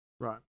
Right